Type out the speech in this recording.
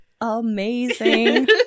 amazing